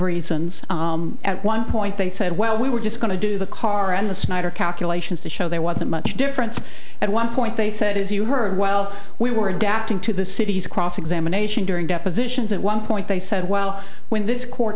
reasons at one point they said well we were just going to do the car and the smiter calculations to show there wasn't much difference at one point they said as you heard well we were adapting to the city's cross examination during depositions at one point they said well when this court